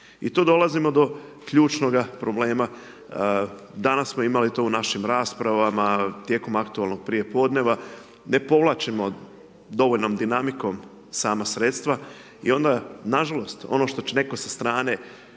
I tu dolazimo do ključnoga problema, danas smo imali to u našim raspravim tijekom aktualnog prijepodneva, ne povlačimo dovoljnom dinamikom sama sredstva i onda nažalost, ono što će netko sa strane